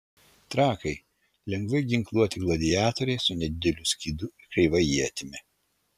trakai lengvai ginkluoti gladiatoriai su nedideliu skydu ir kreiva ietimi